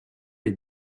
est